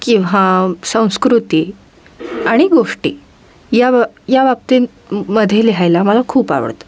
किंवा संस्कृती आणि गोष्टी या बा या बाबतींमध्ये लिहायला मला खूप आवडतं